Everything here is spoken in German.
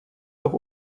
auch